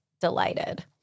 delighted